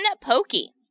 Pokey